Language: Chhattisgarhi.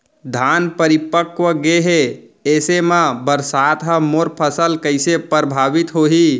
धान परिपक्व गेहे ऐसे म बरसात ह मोर फसल कइसे प्रभावित होही?